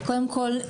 קודם כול,